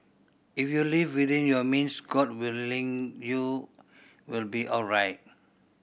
if you live within your means God willing you will be alright